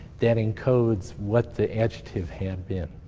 that encodes what the adjective had been.